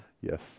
Yes